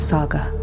Saga